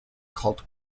called